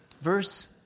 Verse